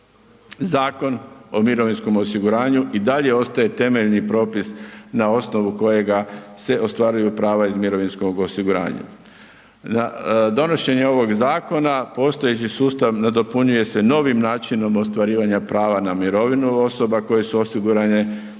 Zakon o mirovinskom osiguranju i dalje ostaje temeljni propis na osnovu kojega se ostvaruju prava iz mirovinskoga osiguranja. Donošenje ovog zakona postojeći sustav nadopunjuje se novim načinom ostvarivanja prava na mirovinu osoba koje su osigurane